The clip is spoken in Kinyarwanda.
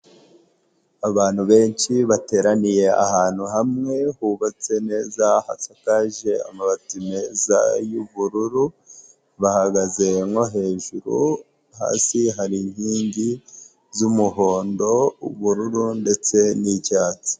Abantu benshi bateraniye ahantu hamwe hubatse neza hasakaje amabati meza y'ubururu bahagaze nko hejuru hasi hari inkingi z'umuhondo, ubururu ndetse n'icyatsi.